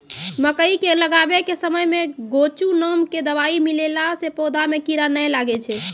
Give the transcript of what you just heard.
मकई के लगाबै के समय मे गोचु नाम के दवाई मिलैला से पौधा मे कीड़ा नैय लागै छै?